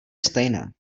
stejné